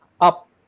up